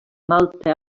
malta